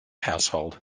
household